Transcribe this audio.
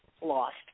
lost